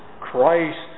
Christ